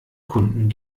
kunden